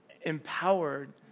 empowered